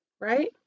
right